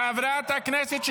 חברי הכנסת,